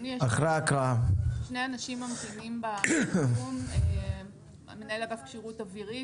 שני אנשים שלנו ממתינים בזום, בני דוידור,